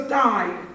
died